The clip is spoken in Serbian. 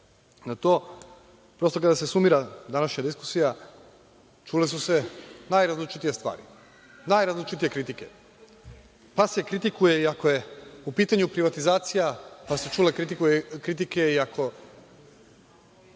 na to, prosto kada se sumira današnja diskusija, čule su se najrazličitije stvari, najrazličitije kritike. Pa, se kritikuje iako je u pitanju privatizacija, pa su se čule kritike ako